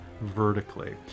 vertically